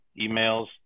emails